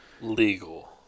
Legal